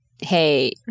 hey